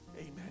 Amen